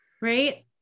Right